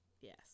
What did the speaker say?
Yes